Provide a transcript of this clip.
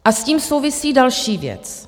S tím souvisí další věc.